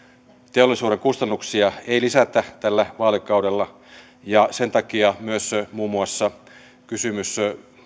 teollisuuden kustannuksia ei lisätä tällä vaalikaudella ja sen takia myös muun muassa kysymys